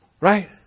Right